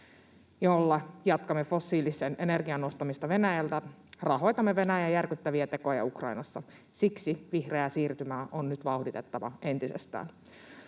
jolla jatkamme fossiilisen energian ostamista Venäjältä, rahoitamme Venäjän järkyttäviä tekoja Ukrainassa. Siksi vihreää siirtymää on nyt vauhditettava entisestään.